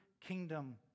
kingdom